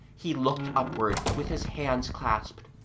he looked upward, with his hands clasped,